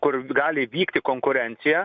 kur gali vykti konkurencija